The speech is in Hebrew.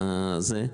אוקיי.